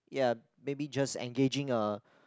ya maybe just engaging a